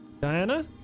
Diana